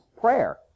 prayer